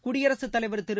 குடியரசுத்தலைவர் திரு